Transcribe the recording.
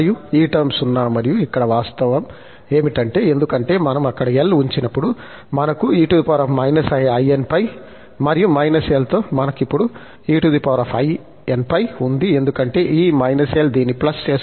ఈ టర్మ్ 0 మరియు ఇక్కడ వాస్తవం ఏమిటంటే ఎందుకంటే మనం అక్కడ l ఉంచినప్పుడు మనకు e−inπ మరియు −l తో మనకు ఇప్పుడు einπ ఉంది ఎందుకంటే ఈ −l దీన్ని చేస్తుంది